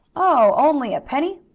oh, only a penny?